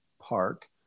Park